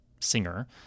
singer